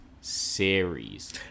series